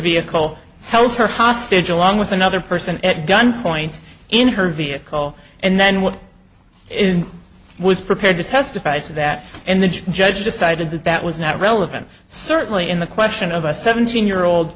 vehicle held her hostage along with another person at gunpoint in her vehicle and then what was prepared to testify to that and the judge decided that that was not relevant certainly in the question of a seventeen year old